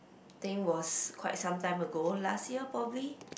think was quite some time ago last year probably